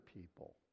people